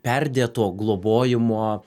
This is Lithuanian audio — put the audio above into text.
perdėto globojimo